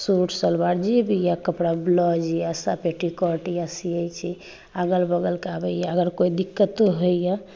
suit सलवार जेभी यऽ कपड़ा ब्लाउज यऽ पेटीकोट यऽ सियत् छी अगल बगलके आबैत यऽ अगर कोइ दिक्कतो होइए